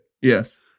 Yes